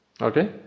okay